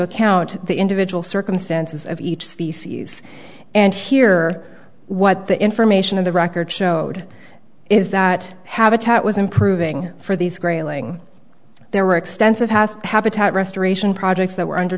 account the individual circumstances of each species and here what the information of the record showed is that habitat was improving for these grayling there were extensive has habitat restoration projects that were under